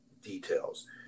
details